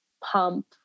Pump